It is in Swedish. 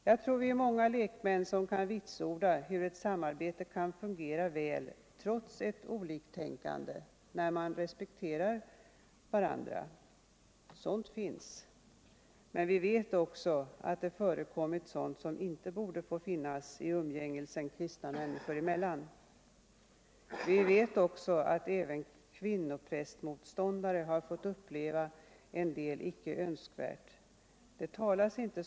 Jag tror vi är många lekmän som kan vitsorda hur ett samarbete kan fungera väl, trots ett oliktänkande, när man respekterar varandra. Sådant förekommer. Men vi vet att det förekommit sådant som inte borde få förekomma I umgänget kristna människor emellan. Vi vet att även kvinnoprästmotståndare har fått uppleva en del icke önskvärt. Det talas inte .